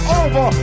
over